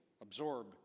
absorb